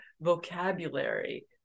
vocabulary